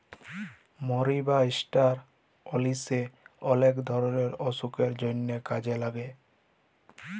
মরি বা ষ্টার অলিশে অলেক ধরলের অসুখের জন্হে কাজে লাগে